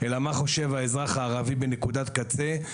אלא מה חושב האזרח הערבי בנקודת קצה,